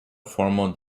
formal